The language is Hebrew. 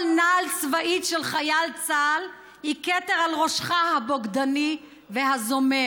כל נעל צבאית של חייל צה"ל היא כתר על ראשך הבוגדני והזומם.